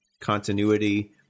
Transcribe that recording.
continuity